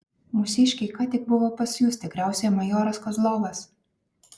mūsiškiai ką tik buvo pas jus tikriausiai majoras kozlovas